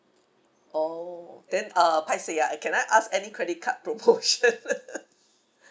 orh then uh paiseh ah can I ask any credit card promotion